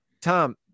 Tom